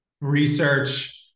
research